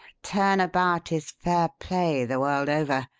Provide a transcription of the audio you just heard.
turn about is fair play the world over,